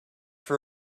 for